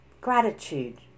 Gratitude